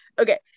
okay